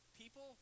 People